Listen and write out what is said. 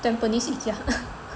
Tampines Ikea